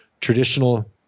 traditional